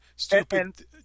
Stupid